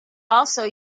also